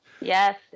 Yes